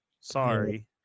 Sorry